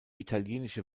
italienische